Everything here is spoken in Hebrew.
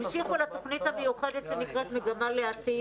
המשיכו לתכנית המיוחדת שנקראת "מגמה לעתיד".